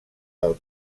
del